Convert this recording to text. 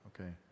okay